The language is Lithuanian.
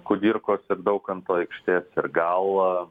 kudirkos ir daukanto aikštės ir gal